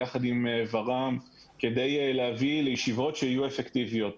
ויחד עם ור"מ כדי להביא לישיבות שיהיו אפקטיביות.